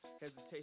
hesitation